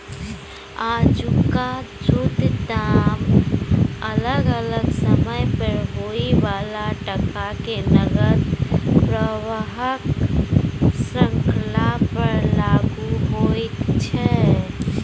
आजुक शुद्ध दाम अलग अलग समय पर होइ बला टका के नकद प्रवाहक श्रृंखला पर लागु होइत छै